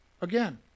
again